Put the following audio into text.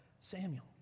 Samuel